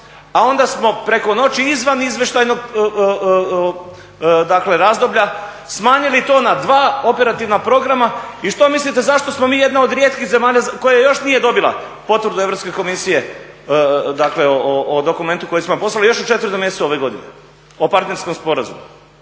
a onda smo preko noći izvan izvještajnog razdoblja smanjili to na dva operativna programa? I što mislite zašto smo mi jedna od rijetkih zemalja koja još nije dobila potvrdu Europske komisije dakle o dokumentu koji smo joj poslali još u 4. mjesecu ove godine o partnerskom sporazumu?